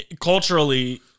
culturally